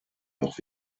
doch